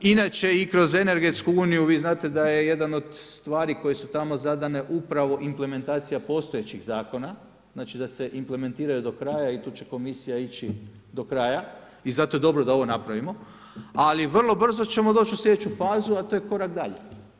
Inače i kroz energetsku uniju vi znate da je jedna od stvari koje su tamo zadane upravo implementacija postojećih zakon, znači da se implementiraju do kraja i tu će komisija ići do kraja i zato je dobro da ovo napravimo ali vrlo brzo ćemo doći u slijedeću fazu a to je korak dalje.